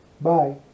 bye